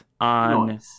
on